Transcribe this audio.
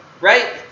right